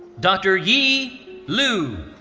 dr. yi lu.